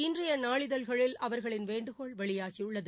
இன்றைய நாளிதழ்களில் அவர்களின் வேண்டுகோள் வெளியாகியுள்ளது